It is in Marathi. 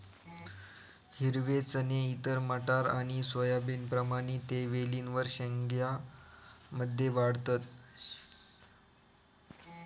हिरवे चणे इतर मटार आणि सोयाबीनप्रमाणे ते वेलींवर शेंग्या मध्ये वाढतत